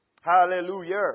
Hallelujah